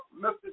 Mr